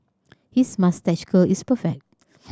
his moustache curl is perfect